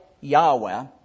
Yahweh